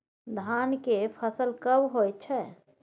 धान के फसल कब होय छै?